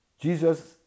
Jesus